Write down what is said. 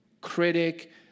critic